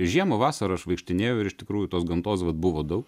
žiemą vasarą aš vaikštinėjau ir iš tikrųjų tos gamtos vat buvo daug